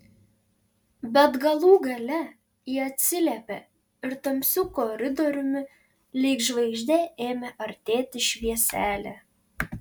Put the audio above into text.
bet galų gale ji atsiliepė ir tamsiu koridoriumi lyg žvaigždė ėmė artėti švieselė